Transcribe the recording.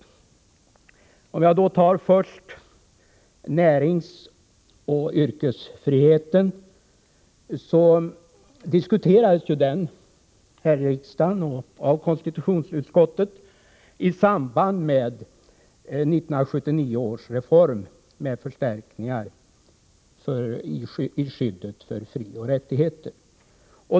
Låt mig först säga några ord om frågan om näringsoch yrkesfriheten. Denna fråga diskuterades ju i kammaren och av konstitutionsutskottet i samband med 1979 års reform när det gällde förstärkningar av skyddet för frioch rättigheter.